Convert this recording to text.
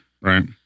Right